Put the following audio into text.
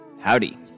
Howdy